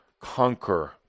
conquer